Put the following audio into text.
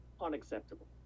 Unacceptable